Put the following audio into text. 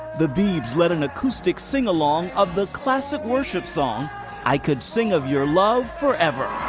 the biebs led an acoustic sing-along of the classic worship song i could sing of your love forever.